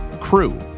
Crew